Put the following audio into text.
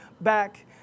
back